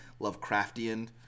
lovecraftian